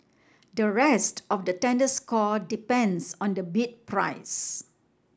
the rest of the tender score depends on the bid price